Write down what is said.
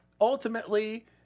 ultimately